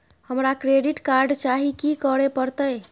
हमरा credit card चाही की करे परतै?